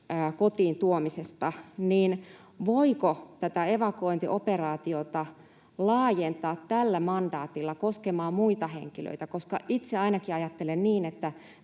kotiin tuomisesta, niin voiko tätä evakuointioperaatiota laajentaa tällä mandaatilla koskemaan muita henkilöitä. Itse ainakin ajattelen niin, että